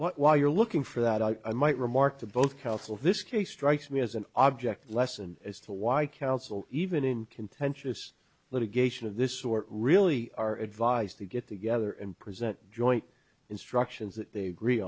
while you're looking for that i might remark to both counsel this case strikes me as an object lesson as to why i counsel even in contentious litigation of this sort really are advised to get together and present joint instructions that